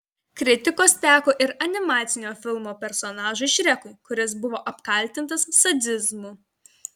kritikos teko ir animacinio filmo personažui šrekui kuris buvo apkaltintas sadizmu